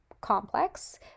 complex